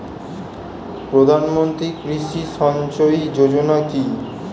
প্রধানমন্ত্রী কৃষি সিঞ্চয়ী যোজনা কি?